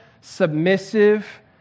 submissive